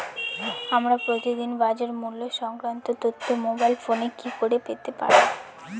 আমরা প্রতিদিন বাজার মূল্য সংক্রান্ত তথ্য মোবাইল ফোনে কি করে পেতে পারি?